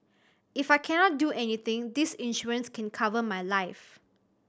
if I cannot do anything this insurance can cover my life